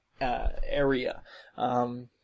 area